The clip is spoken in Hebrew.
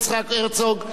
לא נתקבלה.